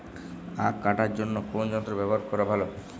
আঁখ কাটার জন্য কোন যন্ত্র ব্যাবহার করা ভালো?